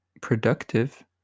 productive